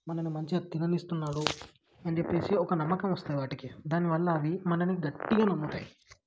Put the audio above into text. మన్ని మంచిగా తిననిస్తున్నాడు అని చెప్పి ఒక నమ్మకం వస్తాయి వాటికి దాని వల్ల అవి మన్నీ గట్టిగా నమ్ముతాయి